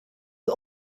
het